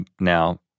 now